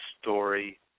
story